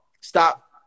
stop